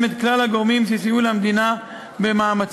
את כלל הגורמים שסייעו למדינה במאמציה